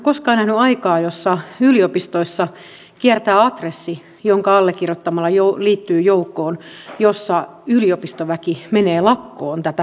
minä en ole koskaan nähnyt aikaa jossa yliopistoissa kiertää adressi jonka allekirjoittamalla liittyy joukkoon jossa yliopistoväki menee lakkoon tätä hallitusta vastaan